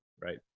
right